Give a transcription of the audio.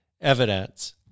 evidence